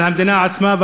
היא על המדינה עצמה,